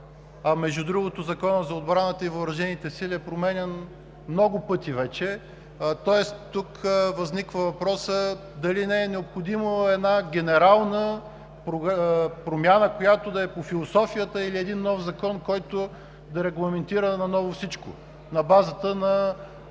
Между другото, Законът за отбраната и въоръжените сили е променян вече много пъти, тоест тук възниква въпросът дали не е необходима генерална промяна, която да е по философията, или нов закон, който да регламентира отново всичко на базата на